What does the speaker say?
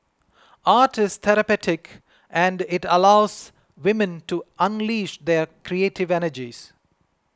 art is therapeutic and it allows women to unleash their creative energies